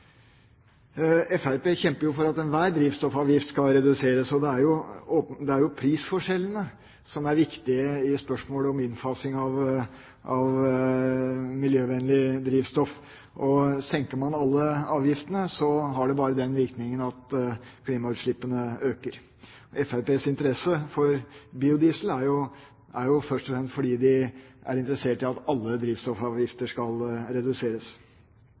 Fremskrittspartiet kjemper jo for at enhver drivstoffavgift skal reduseres, og det er prisforskjellene som er viktige i spørsmålet om innfasing av miljøvennlig drivstoff. Senker man alle avgiftene, har det bare den virkningen at klimagassutslippene øker. Fremskrittspartiets interesse for biodiesel er først og fremst begrunnet i deres interesse for at alle drivstoffavgifter skal reduseres.